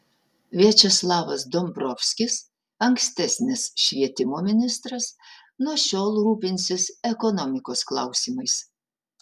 viačeslavas dombrovskis ankstesnis švietimo ministras nuo šiol rūpinsis ekonomikos klausimais